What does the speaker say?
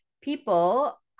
people